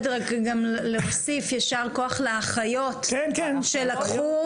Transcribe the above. חייבת להוסיף יישר כוח לאחיות שלקחו